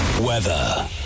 Weather